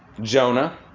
Jonah